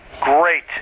great